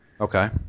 Okay